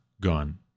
gone